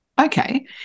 Okay